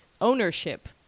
ownership